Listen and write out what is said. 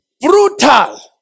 brutal